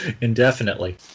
indefinitely